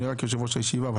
אני רק יושב-ראש הישיבה.